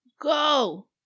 Go